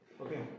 Okay